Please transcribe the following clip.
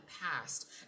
past